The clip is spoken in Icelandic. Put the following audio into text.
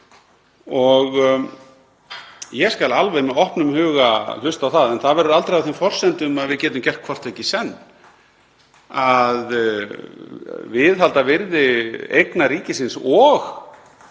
Ég skal alveg með opnum huga hlusta á það. En það verður aldrei á þeim forsendum að við getum gert hvort tveggja í senn, að viðhalda virði eigna ríkisins og